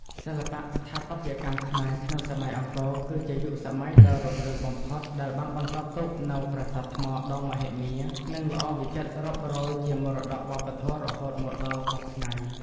សិល្បៈស្ថាបត្យកម្មខ្មែរក្នុងសម័យអង្គរ គឺជាយុគសម័យដ៏រុងរឿងបំផុតដែលបានបន្សល់ទុកនូវប្រាសាទថ្មដ៏មហិមា និងល្អវិចិត្ររាប់រយជាមរតកវប្បធម៌រហូតមកដល់សព្វថ្ងៃ។